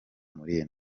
mpuriye